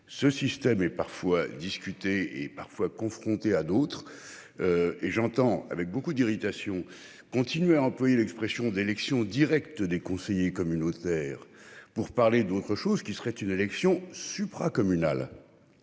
Ce système est parfois discutée et parfois confronté à d'autres. Et j'entends avec beaucoup d'irritation continuer à employer l'expression d'élection directe des conseillers communautaires pour parler d'autre chose qui serait une élection supra communal.